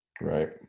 Right